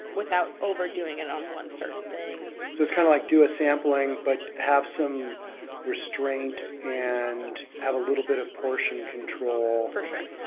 without overdoing it on one certain thing. so it's kind of like do a sampling but have some restraint and have a little bit of portion control. for sure.